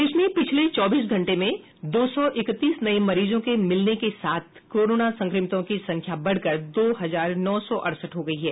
प्रदेश में पिछले चौबीस घंटे में दो सौ इकतीस नये मरीजों के मिलने के साथ कोरोना संक्रमितों की संख्या बढ़कर दो हजार नौ सौ अड़सठ हो गयी है